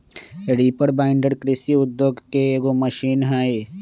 reaper binder कृषि उद्योग के एगो मशीन हई